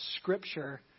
Scripture